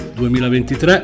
2023